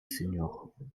seniors